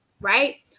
Right